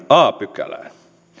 a pykälään